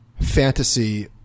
fantasy